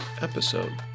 episode